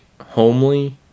homely